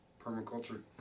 permaculture